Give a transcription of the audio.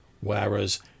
whereas